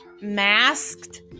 masked